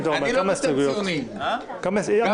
אתה אומר שאתה רוצה להפעיל את זה --- כן.